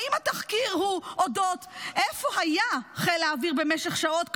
האם התחקיר הוא אודות איפה היה חיל האוויר במשך שעות,